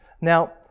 Now